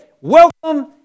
welcome